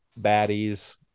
baddies